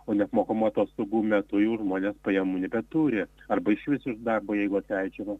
o neapmokamų atostogų metu jau ir žmonės pajamų nebeturi arba išvis iš darbo jeigu atleidžiama